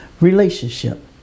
relationship